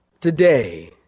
Today